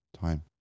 time